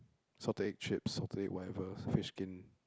salted egg chips salted egg whatever fish skin